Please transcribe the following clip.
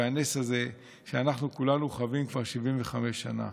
הנס הזה שאנחנו כולנו חווים כבר 75 שנה.